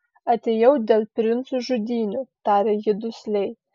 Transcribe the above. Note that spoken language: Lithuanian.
atėjau dėl princų žudynių tarė ji dusliai